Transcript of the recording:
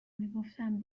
میگفتم